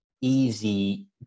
easy